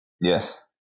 yes